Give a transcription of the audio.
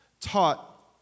taught